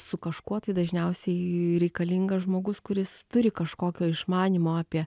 su kažkuo tai dažniausiai reikalingas žmogus kuris turi kažkokio išmanymo apie